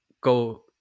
go